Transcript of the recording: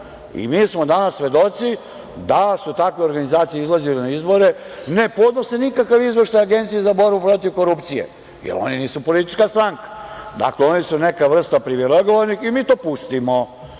i mi smo danas svedoci da su takve organizacije izlazile na izbore i ne podnose nikakav izveštaj Agencije za borbu protiv korupcije jer oni nisu politička stranka. Oni su neka vrsta privilegovanih i mi to pustimo.